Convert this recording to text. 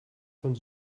von